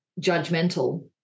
judgmental